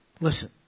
Listen